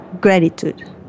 gratitude